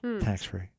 tax-free